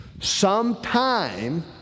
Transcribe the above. Sometime